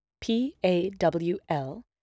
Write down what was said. P-A-W-L